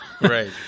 Right